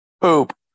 Poop